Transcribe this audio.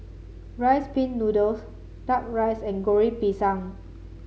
Rice Pin Noodles duck rice and Goreng Pisang